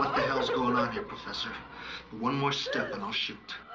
hells going on here professor one more step and i'll shoot